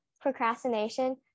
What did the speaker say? procrastination